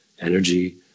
energy